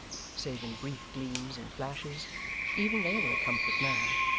save in brief gleams and flashes even they were a comfort now.